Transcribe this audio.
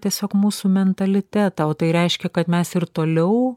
tiesiog mūsų mentalitetą o tai reiškia kad mes ir toliau